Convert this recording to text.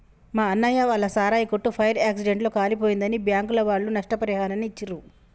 మా అన్నయ్య వాళ్ళ సారాయి కొట్టు ఫైర్ యాక్సిడెంట్ లో కాలిపోయిందని బ్యాంకుల వాళ్ళు నష్టపరిహారాన్ని ఇచ్చిర్రు